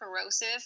corrosive